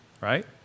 right